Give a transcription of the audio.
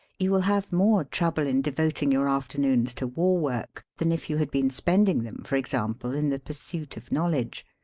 you will have more trouble in devoting your afternoons to war-work than if you had been spending them, for example, in the pursuit of knowledge.